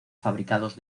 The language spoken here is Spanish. fabricados